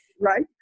Right